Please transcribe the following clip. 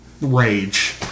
rage